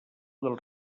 del